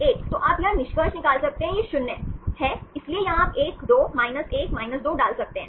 1 तो आप यहां निष्कर्ष निकाल सकते हैं यह 0 है इसलिए यहां आप 1 2 1 2 डाल सकते हैं